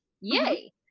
Yay